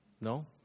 No